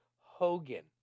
Hogan